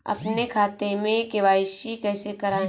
अपने खाते में के.वाई.सी कैसे कराएँ?